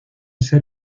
ser